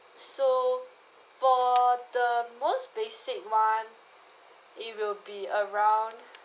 so for the most basic one it will be around